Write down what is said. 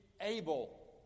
able